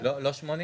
לא 80?